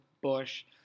Bush